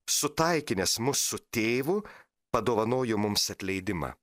sutaikinęs mus su tėvu padovanojo mums atleidimą